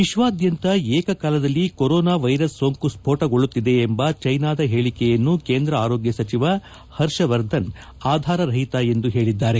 ವಿಶ್ವಾದ್ಯಂತ ಏಕಕಾಲದಲ್ಲಿ corona virus ಸೋಂಕು ಸ್ಫೋಟಗೊಳ್ಳುತ್ತಿದೆ ಎಂಬ ಚೀನಾದ ಹೇಳಿಕೆಯನ್ನು ಕೇಂದ್ರ ಆರೋಗ್ಯ ಸಚಿವ ಹರ್ಷವರ್ಧನ್ ಆಧಾರರಹಿತ ಎಂದು ಹೇಳಿದ್ದಾರೆ